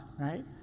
right